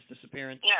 disappearance